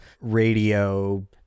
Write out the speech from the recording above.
radio